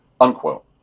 unquote